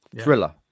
Thriller